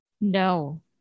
No